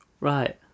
right